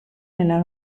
nella